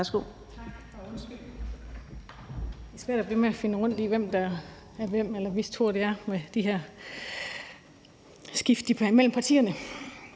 Værsgo.